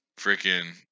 freaking